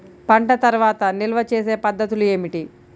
పంట తర్వాత నిల్వ చేసే పద్ధతులు ఏమిటి?